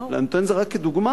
ואני נותן את זה רק כדוגמה.